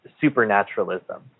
supernaturalism